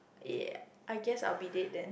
ya I guess I will be dead then